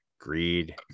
greed